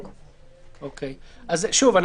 שוב,